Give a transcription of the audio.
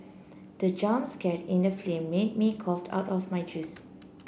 the jump scare in the film made me coughed out of my juice